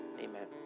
amen